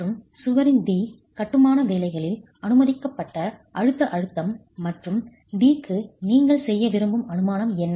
மற்றும் சுவரின் d கட்டுமான வேலைகளில் அனுமதிக்கப்பட்ட அழுத்த அழுத்தம் மற்றும் d'க்கு நீங்கள் செய்ய விரும்பும் அனுமானம் என்ன